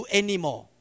anymore